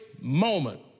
moment